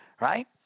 right